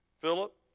Philip